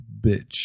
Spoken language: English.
bitch